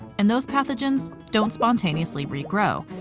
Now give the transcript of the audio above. and those pathogens don't spontaneously re-grow.